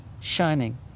shining